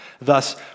Thus